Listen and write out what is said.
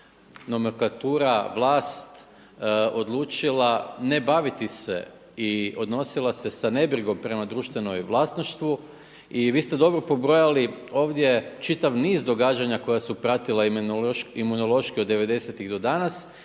nomenklatura, vlast odlučila ne baviti se i odnosila se sa nebrigom prema društvenom vlasništvu. I vi ste dobro pobrojali, ovdje je čitav niz događanja koja su pratila Imunološki od devedesetih